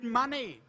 money